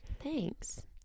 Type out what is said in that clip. Thanks